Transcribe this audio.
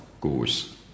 goes